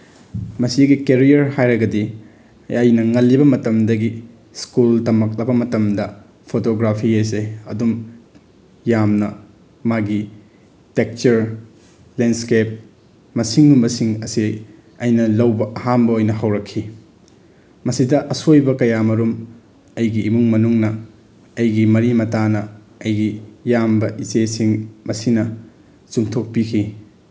ꯃꯁꯤꯒꯤ ꯀꯦꯔꯤꯌꯔ ꯍꯥꯏꯔꯒꯗꯤ ꯑꯩꯅ ꯉꯜꯂꯤꯕ ꯃꯇꯝꯗꯒꯤ ꯁ꯭ꯀꯨꯜ ꯇꯝꯃꯛꯂꯕ ꯃꯇꯝꯗ ꯐꯣꯇꯣꯒ꯭ꯔꯥꯐꯤ ꯑꯁꯦ ꯑꯗꯨꯝ ꯌꯥꯝꯅ ꯃꯥꯒꯤ ꯇꯦꯛꯆꯔ ꯂꯦꯟꯁꯀꯦꯞ ꯃꯁꯤꯒꯨꯝꯕꯁꯤꯡ ꯑꯁꯦ ꯑꯩꯅ ꯂꯧꯕ ꯑꯍꯥꯟꯕ ꯑꯣꯏꯅ ꯍꯧꯔꯛꯈꯤ ꯃꯁꯤꯗ ꯑꯁꯣꯏꯕ ꯀꯌꯥ ꯑꯃꯔꯣꯝ ꯑꯩꯒꯤ ꯏꯃꯨꯡ ꯃꯅꯨꯡꯅ ꯑꯩꯒꯤ ꯃꯔꯤ ꯃꯇꯥꯅ ꯑꯩꯒꯤ ꯏꯌꯥꯝꯕ ꯏꯆꯦꯁꯤꯡ ꯃꯁꯤꯅ ꯆꯨꯝꯊꯣꯛꯄꯤꯈꯤ